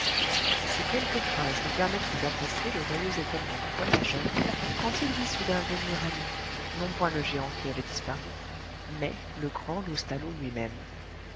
ces quelques phrases nous permettront d'apprécier le joyeux étonnement du voyageur quand il vit soudain venir à lui non point le géant qui avait disparu mais le grand loustalot lui-même